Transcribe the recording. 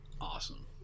awesome